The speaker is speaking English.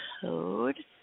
code